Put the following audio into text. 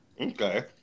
Okay